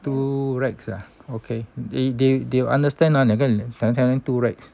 two racks ah okay they they they will understand two racks